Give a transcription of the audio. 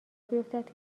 بیفتد